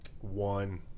One